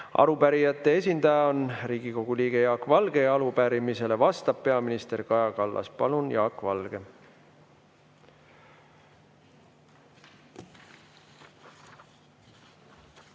Arupärijate esindaja on Riigikogu liige Jaak Valge ja arupärimisele vastab peaminister Kaja Kallas. Palun, Jaak Valge!